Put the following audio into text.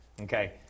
okay